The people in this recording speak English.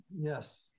Yes